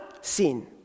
sin